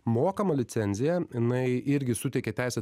mokama licenzija jinai irgi suteikia teisę